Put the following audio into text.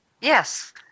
Yes